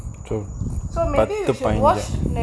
okay that's the time ya